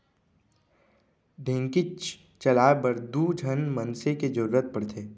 ढेंकीच चलाए बर दू झन मनसे के जरूरत पड़थे